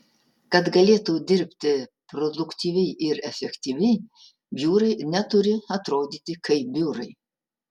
kad galėtų dirbti produktyviai ir efektyviai biurai neturi atrodyti kaip biurai